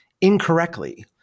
incorrectly